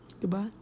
goodbye